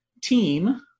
team